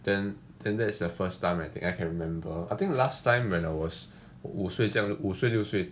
then then that's the first time I think I can remember I think last time when I was 五岁这样五岁六岁